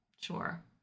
sure